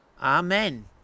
Amen